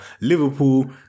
Liverpool